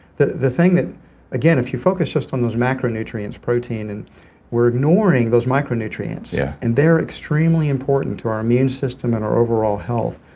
the the thing that again if you focus just on those macronutrients, protein and we're ignoring those micronutrients yeah and they are extremely important to our immune system and our overall health.